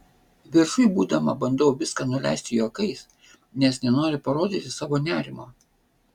viršuj būdama bandau viską nuleisti juokais nes nenoriu parodyti savo nerimo